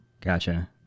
Gotcha